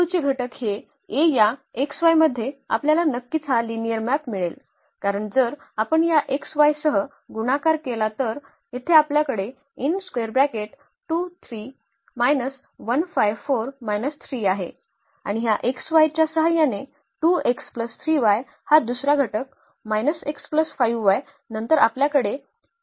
या चे घटक हे a या x y मध्ये आपल्याला नक्कीच हा लिनिअर मॅप मिळेल कारण जर आपण या x y सह गुणाकार केला तर येथे आपल्याकडे आहे आणि या x y च्या सहाय्याने 2x 3y हा दुसरा घटक x 5y नंतर आपल्याकडे 4x 3y आहे